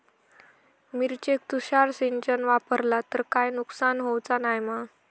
मिरचेक तुषार सिंचन वापरला तर काय नुकसान होऊचा नाय मा?